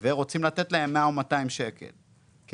רוצים לתת להם 100 או 200 שקל פיצוי,